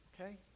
Okay